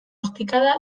ostikada